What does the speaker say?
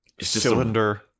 cylinder